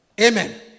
Amen